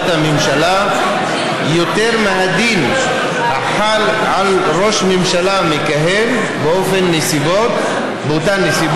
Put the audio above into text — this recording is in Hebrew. הממשלה יותר מהדין החל על ראש ממשלה מכהן באותן נסיבות.